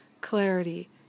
clarity